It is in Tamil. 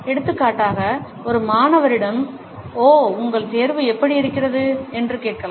எடுத்துக்காட்டாக ஒரு மாணவரிடம் ஓ உங்கள் தேர்வு எப்படி இருக்கிறது என்று கேட்கலாம்